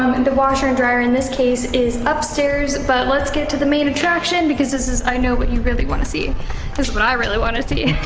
um and washer and dryer in this case is upstairs but let's get to the main attraction because this is i know what you really want to see. this is what i really want to see.